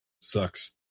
Sucks